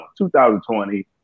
2020